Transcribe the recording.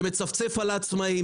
שמצפצף על העצמאים,